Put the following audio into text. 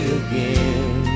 again